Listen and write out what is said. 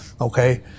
okay